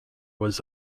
was